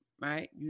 right